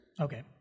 Okay